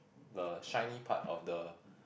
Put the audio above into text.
the shiny part of the